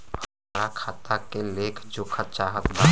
हमरा खाता के लेख जोखा चाहत बा?